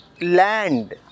land